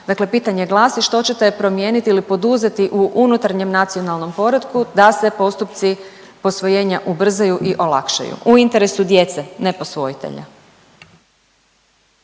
Dakle, pitanje glasi što ćete promijeniti ili poduzeti u unutarnjem nacionalnom poretku da se postupci posvojenja ubrzaju i olakšaju u interesu djece ne posvojitelja?